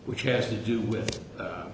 which has to do with